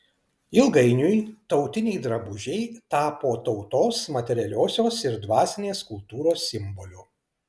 ilgainiui tautiniai drabužiai tapo tautos materialiosios ir dvasinės kultūros simboliu